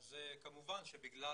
אז כמובן שבגלל